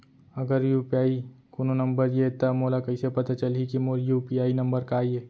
अगर यू.पी.आई कोनो नंबर ये त मोला कइसे पता चलही कि मोर यू.पी.आई नंबर का ये?